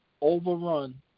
overrun